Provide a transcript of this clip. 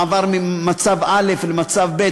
מעבר ממצב א' למצב ב',